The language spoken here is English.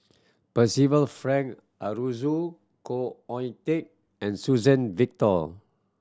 Percival Frank Aroozoo Khoo Oon Teik and Suzann Victor